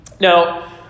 Now